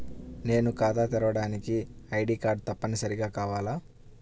నేను ఖాతా తెరవడానికి ఐ.డీ కార్డు తప్పనిసారిగా కావాలా?